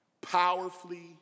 powerfully